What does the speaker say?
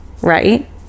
right